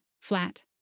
flat